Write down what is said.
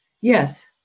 Yes